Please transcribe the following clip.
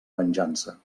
venjança